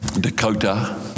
Dakota